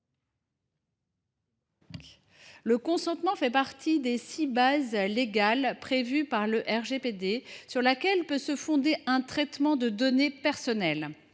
Le consentement fait partie des six bases légales, prévues par le RGPD, sur lesquelles peut reposer un traitement de données personnelles.